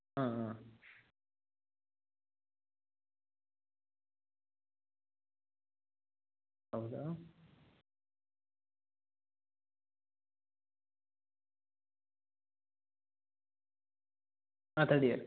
ಆಂ ಆಂ ಹೌದಾ ಆಂ ತರ್ಡ್ ಇಯರ್ಗೆ